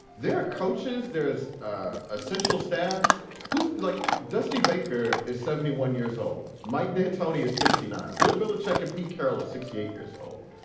there are coaches, there is ah essential staff who, like dusty baker, is seventy one years old. mike d'antoni is sixty nine. bill belichick and pete carroll is sixty eight years old.